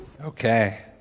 Okay